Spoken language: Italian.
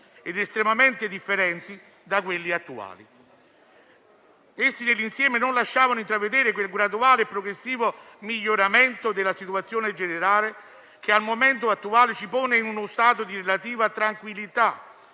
ed estremamente differenti da quelli attuali. Essi, nell'insieme, non lasciavano intravedere quel graduale e progressivo miglioramento della situazione generale che, al momento attuale, ci pone in uno stato di relativa tranquillità